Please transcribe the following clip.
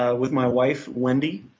ah with my wife, wendy.